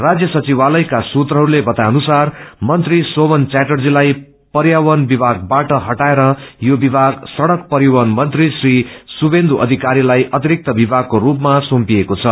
राज्य सचिवालयका सूत्रहस्ते बताएअनुसार मन्त्री शोभन च्याटर्जीलाई पर्यावरण विभागबाट हटाएर यो विभाग सड़क परिवहन मन्त्री श्री श्रीथेन्दु अषिकारीलाई अतिरिक्त विभागको स्रपमा सोम्पिएको छ